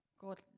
God